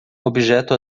objeto